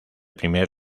primer